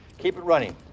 keep it running.